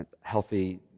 healthy